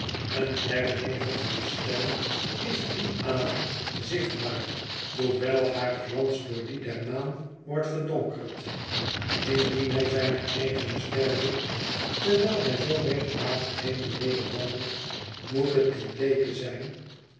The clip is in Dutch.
een heirleger van sterren is dien avond zichtbaar hoewel haar glans door dien der maan wordt verdonkerd indien hij zijne eigene ster zoekt terwijl hij zoo regelmatig heen en weder wandelt moet het die bleeke zijn